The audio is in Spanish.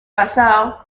pasado